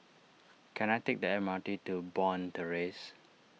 can I take the M R T to Bond Terrace